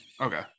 okay